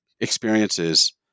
experiences